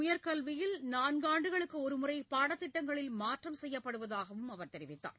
உயர்கல்வியில் நான்காண்டுகளுக்கு ஒருமுறை பாடத் திட்டங்களில் மாற்றம் செய்யப்படுவதாகவும் அவர் தெரிவித்தார்